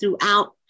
throughout